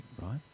right